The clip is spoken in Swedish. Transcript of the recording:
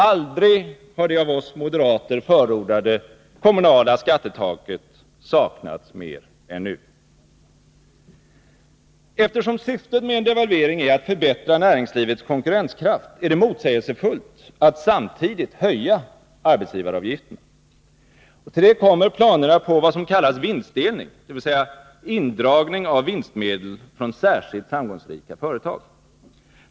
Aldrig har det av oss moderater förordade komunala skattetaket saknats mer än nu. Eftersom syftet med en devalvering är att förbättra näringslivets konkurrenskraft, är det motsägelsefullt att samtidigt höja arbetsgivaravgifterna. Till detta kommer planerna på vad som kallas vinstdelning, dvs. indragning av vinstmedel från särskilt framgångsrika företag.